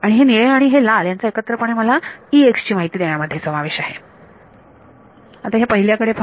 आणि हे निळे आणि हे लाल यांचा एकत्रपणे मला Ex ची माहिती देण्यामध्ये समावेश आहे ह्या पहिल्या कडे पहा